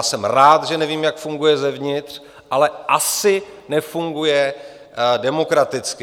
Jsem rád, že nevím, jak funguje zevnitř, ale asi nefunguje demokraticky.